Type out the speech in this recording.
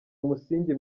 umusingi